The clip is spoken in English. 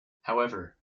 however